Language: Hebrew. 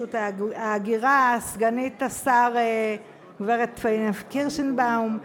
רשות ההגירה וסגנית השר פאינה קירשנבאום,